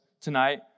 tonight